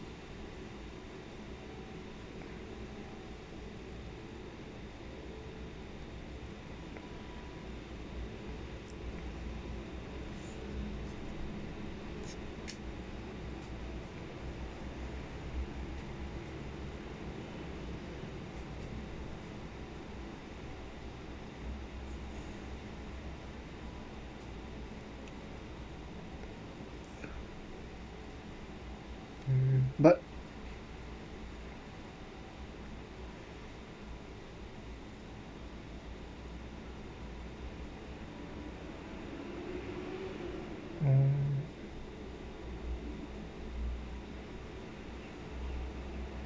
mm but mm